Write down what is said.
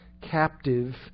captive